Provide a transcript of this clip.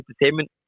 entertainment